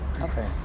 okay